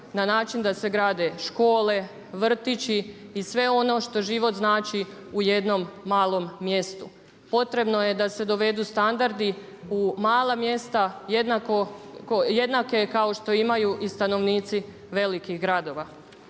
na način da se grade škole, vrtići i sve ono što život znači u jednom malom mjestu. Potrebno je da se dovedu standardi u mala mjesta jednako kao što imaju i stanovnici velikih gradova.